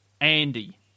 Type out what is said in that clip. Andy